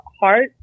heart